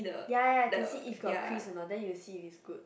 ya ya ya can see got squiz or not then you see if good